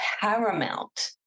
paramount